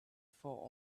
for